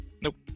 Nope